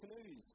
canoes